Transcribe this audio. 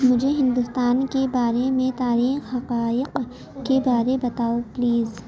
مجھے ہندوستان کے بارے میں تاریخ حقائق کے بارے بتاؤ پلیز